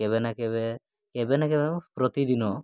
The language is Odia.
କେବେ ନା କେବେ କେବେ ନା କେବେ ମ ପ୍ରତିଦିନ